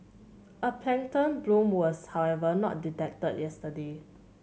a plankton bloom was however not detected yesterday